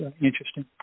interesting